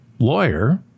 Lawyer